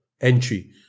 entry